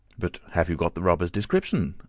but have you got the robber's description?